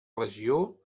regió